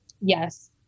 Yes